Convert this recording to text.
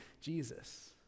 Jesus